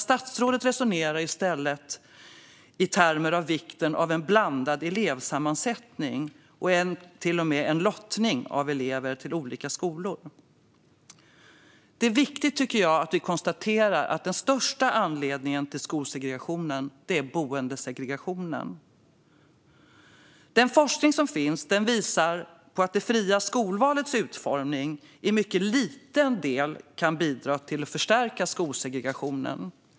Statsrådet resonerar i stället i termer av vikten av en blandad elevsammansättning och talar till och med om lottning av elever till olika skolor. Det är viktigt att konstatera att den största anledningen till skolsegregationen är boendesegregationen. Den forskning som finns visar att det fria skolvalets utformning i mycket liten del bidrar till att förstärka skolsegregationen.